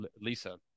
Lisa